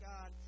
God